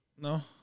No